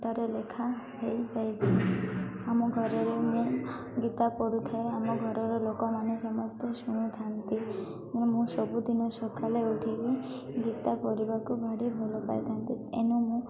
ଗୀତାରେ ଲେଖା ହୋଇଯାଇଛିି ଆମ ଘରରେ ମୁଁ ଗୀତା ପଢ଼ୁଥାଏ ଆମ ଘରର ଲୋକମାନେ ସମସ୍ତେ ଶୁଣିଥାନ୍ତି ମୁଁ ସବୁଦିନ ସକାଳେ ଉଠିକି ଗୀତା ପଢ଼ିବାକୁ ଭାରି ଭଲ ପାଇଥାନ୍ତି ଏଣୁ ମୁଁ